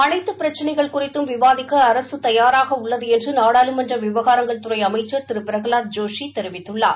அனைத்து பிரச்சினைகள் குறித்தம் விவாதிக்க அரசு தயாராக உள்ளது என்று நாடாளுமன்ற விவகாரங்கள் துறை அமைச்ச் திரு பிரகலாத் ஜோஷி தெரிவித்துள்ளார்